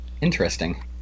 interesting